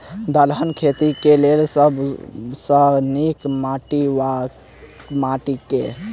दलहन खेती केँ लेल सब सऽ नीक माटि वा माटि केँ?